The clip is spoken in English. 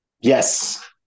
yes